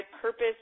purpose